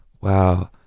wow